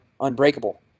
unbreakable